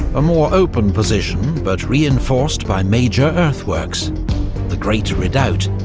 a more open position, but reinforced by major earthworks the great redoubt,